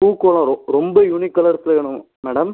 பூ கோலம் ரொ ரொம்ப யூனிக் கலர்ஸ்ல வேணும் மேடம்